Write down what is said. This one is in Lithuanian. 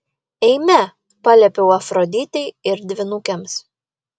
eime paliepiau afroditei ir dvynukėms